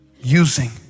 using